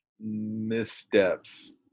missteps